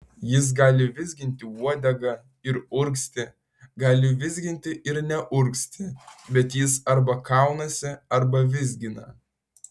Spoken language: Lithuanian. jis gali vizginti uodegą ir urgzti gali vizginti ir neurgzti bet jis arba kaunasi arba vizgina